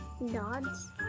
Nods